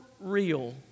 real